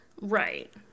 Right